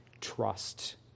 trust